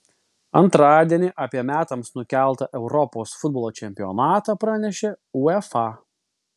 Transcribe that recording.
antradienį apie metams nukeltą europos futbolo čempionatą pranešė uefa